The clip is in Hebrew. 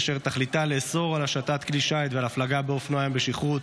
אשר תכליתה לאסור על השטת כלי שיט ועל הפלגה באופנוע ים בשכרות,